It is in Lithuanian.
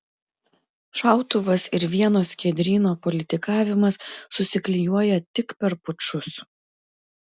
šautuvas ir vieno skiedryno politikavimas susiklijuoja tik per pučus